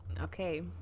Okay